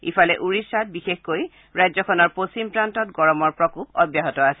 ইফালে ওড়িষাত বিশেষকৈ ৰাজ্যখনৰ পশ্চিম প্ৰান্তত গৰমৰ প্ৰকোপ অব্যাহত আছে